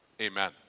Amen